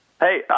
Hey